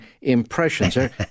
impressions